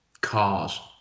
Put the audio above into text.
cars